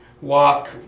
walk